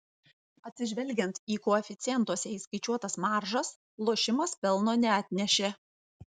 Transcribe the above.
atsižvelgiant į koeficientuose įskaičiuotas maržas lošimas pelno neatnešė